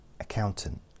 Accountant